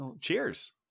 cheers